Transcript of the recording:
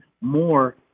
more